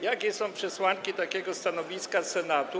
Jakie są przesłanki takiego stanowiska Senatu?